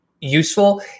useful